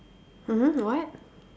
mm what